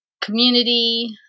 community